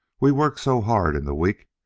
we worked so hard in the week,